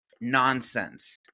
nonsense